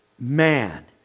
man